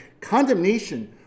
condemnation